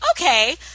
Okay